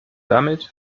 damit